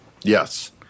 Yes